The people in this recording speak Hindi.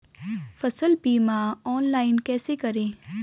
फसल बीमा ऑनलाइन कैसे करें?